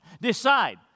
Decide